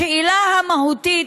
השאלה המהותית,